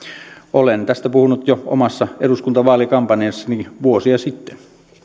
olen tästä puhunut jo omassa eduskuntavaalikampanjassani vuosia sitten